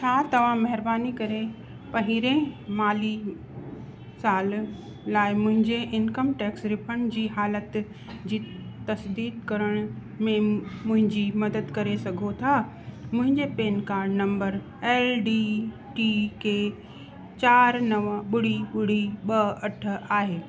छा तव्हां महिरबानी करे पहिरें माली साल लाइ मुंहिंजे इनकम टैक्स रिफंड जी हालति जी तसिदीक़ु करण में मुंहिंजी मदद करे सघो था मुंहिंजे PAN card number L D T K चार नव ॿुड़ी ॿुड़ी ॿ अठ आहे